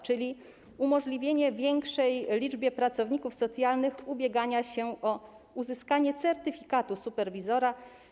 Chodzi o umożliwienie większej liczbie pracowników socjalnych ubiegania się o uzyskanie certyfikatu superwizora.